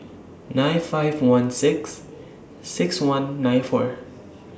nine five one six six one nine four